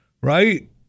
Right